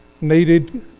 needed